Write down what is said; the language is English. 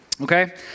Okay